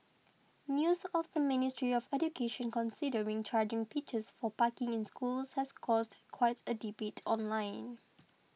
news of the Ministry of Education considering charging teachers for parking in schools has caused quite a debate online